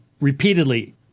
repeatedly